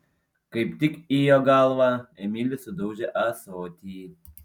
kaip tik į jo galvą emilis sudaužė ąsotį